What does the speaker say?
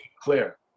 clear